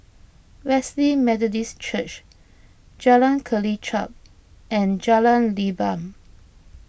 Wesley Methodist Church Jalan Kelichap and Jalan Leban